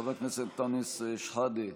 חבר הכנסת אנטאנס שחאדה,